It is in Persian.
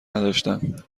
نداشتم